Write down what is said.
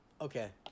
Okay